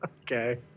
Okay